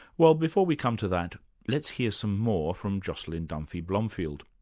well before we come to that let's hear some more from jocelyn dunphy-blomfield.